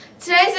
Today's